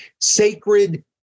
sacred